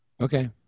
Okay